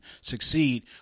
succeed